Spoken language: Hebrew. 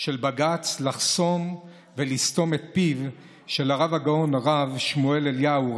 של בג"ץ לחסום ולסתום את פיו של הרב הגאון הרב שמואל אליהו,